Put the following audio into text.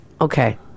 Okay